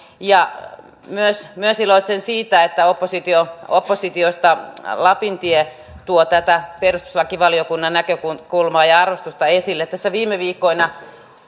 myös myös iloitsen siitä että oppositiosta lapintie tuo tätä perustuslakivaliokunnan näkökulmaa ja arvostusta esille tässä viime viikkoina